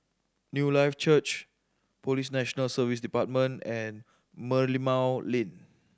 Newlife Church Police National Service Department and Merlimau Lane